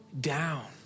down